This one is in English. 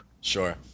Sure